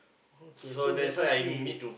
okay so basically